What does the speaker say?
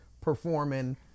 performing